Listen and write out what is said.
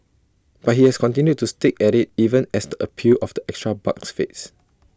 but he has continued to stick at IT even as the appeal of the extra bucks fades